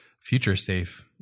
future-safe